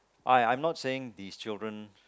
I I'm not saying these children